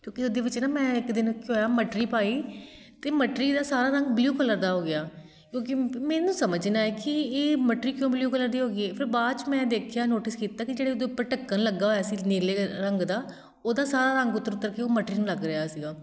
ਕਿਉਂਕਿ ਉਹਦੇ ਵਿੱਚ ਨਾ ਮੈਂ ਇੱਕ ਦਿਨ ਕੀ ਹੋਇਆ ਮਟਰੀ ਪਾਈ ਅਤੇ ਮਟਰੀ ਦਾ ਸਾਰਾ ਰੰਗ ਬਲਿਊ ਕਲਰ ਦਾ ਹੋ ਗਿਆ ਕਿਉਂਕਿ ਮੈਨੂੰ ਸਮਝ ਨਾ ਆਏ ਕਿ ਇਹ ਮਟਰੀ ਕਿਉਂ ਬਲਿਊ ਕਲਰ ਦੀ ਹੋ ਗਈ ਹੈ ਫਿਰ ਬਾਅਦ 'ਚ ਮੈਂ ਦੇਖਿਆ ਨੋਟਿਸ ਕੀਤਾ ਕਿ ਜਿਹੜੇ ਉਹਦੇ ਉੱਪਰ ਢੱਕਣ ਲੱਗਾ ਹੋਇਆ ਸੀ ਨੀਲੇ ਰੰਗ ਦਾ ਉਹਦਾ ਸਾਰਾ ਰੰਗ ਉੱਤਰ ਉੱਤਰ ਕੇ ਉਹ ਮਟਰੀ ਨੂੰ ਲੱਗ ਰਿਹਾ ਸੀਗਾ